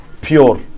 pure